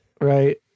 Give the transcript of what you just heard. Right